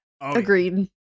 agreed